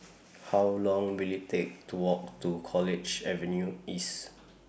How Long Will IT Take to Walk to College Avenue East